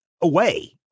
away